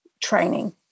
Training